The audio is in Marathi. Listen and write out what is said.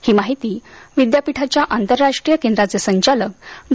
हि माहिती विद्यापीठाच्या आंतरराष्ट्रीय केंद्राचे संचालक डॉ